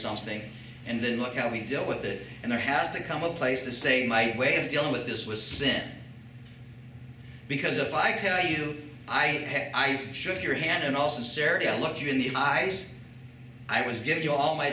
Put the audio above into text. something and then look at how we deal with it and there has to come a place to say my way of dealing with this was sent because if i tell you i shook your hand in all sincerity i look you in the eyes i was give you all my